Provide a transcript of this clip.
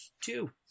two